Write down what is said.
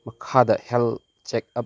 ꯃꯈꯥꯗ health check up